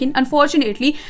unfortunately